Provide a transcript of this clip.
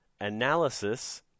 analysis